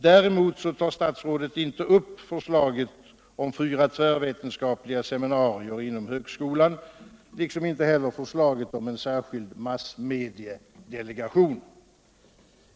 Däremot tar statsrådet inte upp förslaget om fyra tvärvetenskapliga seminarier inom högskolan och inte heller förslaget om en särskild massmediedelegation.